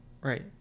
Right